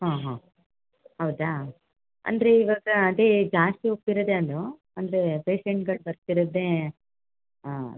ಹಾಂ ಹಾಂ ಹೌದಾ ಅಂದರೆ ಇವಾಗ ಅದೇ ಜಾಸ್ತಿ ಹೋಗ್ತಿರೋದೇ ಅದು ಅಂದರೆ ಪೇಶಂಟ್ಗಳು ಬರ್ತಿರೋದೇ ಹಾಂ